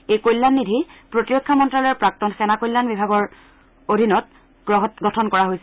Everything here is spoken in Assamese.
এই কল্যাণ নিধি প্ৰতিৰক্ষা মন্ত্ৰালয়ৰ প্ৰাক্তন সেনা কল্যাণ বিভাগৰ অধীনত গঠন কৰা হৈছিল